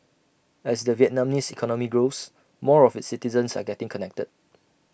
as the Vietnamese economy grows more of its citizens are getting connected